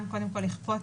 קודם כל לכפות,